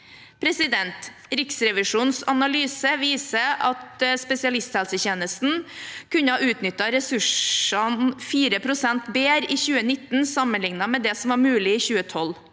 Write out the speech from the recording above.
sykehusene. Riksrevisjonens analyse viser at spesialisthelsetjenesten kunne utnyttet ressursene 4 pst. bedre i 2019 sammenlignet med det som var mulig i 2012.